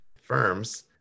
firms